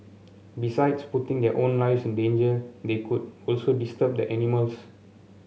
besides putting their own lives in danger they could also disturb the animals